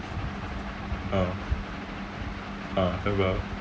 ah ah have ah